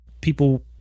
people